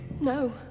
No